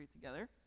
together